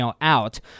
out